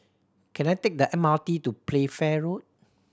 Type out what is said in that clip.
can I take the M R T to Playfair Road